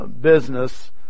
business